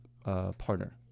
Partner